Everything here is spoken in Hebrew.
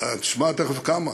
תשמע תכף כמה.